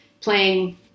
playing